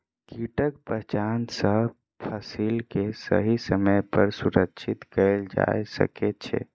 कीटक पहचान सॅ फसिल के सही समय पर सुरक्षित कयल जा सकै छै